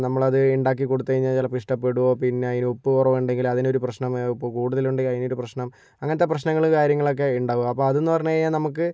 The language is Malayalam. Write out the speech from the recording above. നമ്മളത് ഉണ്ടാക്കി കൊടുത്തു കഴിഞ്ഞാൽ ചിലപ്പോൾ ഇഷ്ടപ്പെടുമോ പിന്നെ അതിന് ഉപ്പ് കുറവുണ്ടെങ്കിൽ അതിനൊരു പ്രശ്നമാ ഉപ്പു കൂടുതലുണ്ടെങ്കിൽ അതിനൊരു പ്രശ്നം അങ്ങനത്തെ പ്രശ്നങ്ങള് കാര്യങ്ങളൊക്കെ ഉണ്ടാവും അപ്പോൾ അതെന്ന് പറഞ്ഞു കഴിഞ്ഞാൽ നമുക്ക്